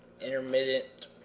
intermittent